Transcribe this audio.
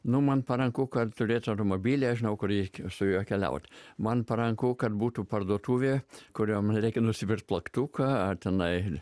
nu man paranku turėt automobilį aš žinau kur reikia su juo keliaut man paranku kad būtų parduotuvė kuriom reikia nusipirkti plaktuką ar tenai